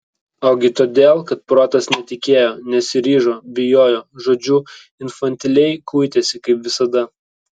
ogi todėl kad protas netikėjo nesiryžo bijojo žodžiu infantiliai kuitėsi kaip visada